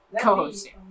Co-hosting